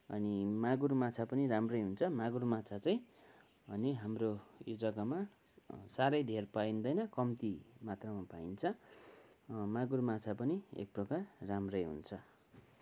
अनि मागुर माछा पनि राम्रै हुन्छ मागुर माछा चाहिँ अनि हाम्रो यो जग्गामा साह्रै धेर पाइँदैन कम्ती मात्रमा पाइन्छ मागुर माछा पनि एक प्रकार राम्रै हुन्छ